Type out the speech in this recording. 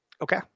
Okay